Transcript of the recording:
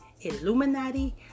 Illuminati